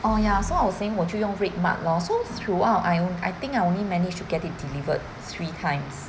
oh ya so I was saying 我就用 RedMart lor so throughout I on~ I think I only managed to get it delivered three times